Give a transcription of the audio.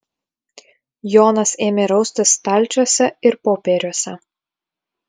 jonas ėmė raustis stalčiuose ir popieriuose